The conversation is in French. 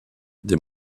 des